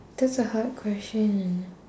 that's a hard question